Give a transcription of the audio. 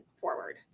forward